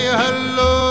hello